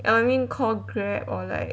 err I mean call grab or like